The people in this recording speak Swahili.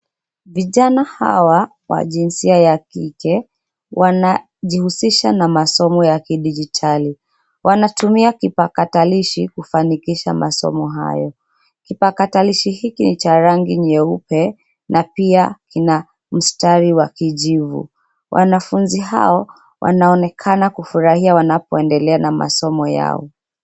Vijana hawa wa jinsia ya kike wanajihusisha na masomo ya kidijitali. Wanatumia kipakatalishi kufanikisha masomo hayo. Kipakatalishi hichi cha rangi nyeupe na pia ina mstari wa kijivu. Wanafunzi hao wanaonekana kufurahia wanapoendelea na masomo yao.